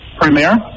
Premier